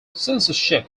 censorship